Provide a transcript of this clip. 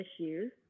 issues